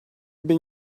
bin